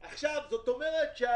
זאת אומרת,